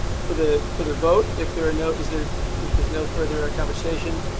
for the for the vote. if there are no is there if there's no further a conversation.